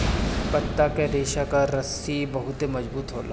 पत्ता के रेशा कअ रस्सी बहुते मजबूत होला